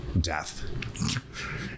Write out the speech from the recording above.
death